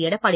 Edappadi